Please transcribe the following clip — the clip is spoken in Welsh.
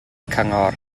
cyngor